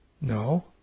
No